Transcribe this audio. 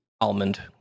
almond